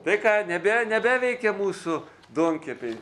tai ką nebe nebeveikia mūsų duonkepiai